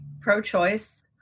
pro-choice